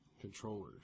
controllers